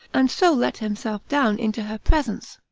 and so let himself down into her presence.